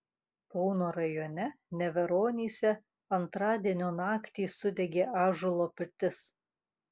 kauno rajone neveronyse antradienio naktį sudegė ąžuolo pirtis